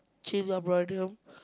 change your